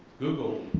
google,